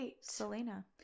Selena